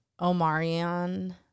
Omarion